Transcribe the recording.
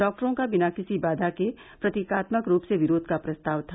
डॉक्टरों का बिना किसी बाघा के प्रतीकात्मक रूप से विरोध का प्रस्ताव था